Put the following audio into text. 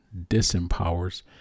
disempowers